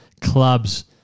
clubs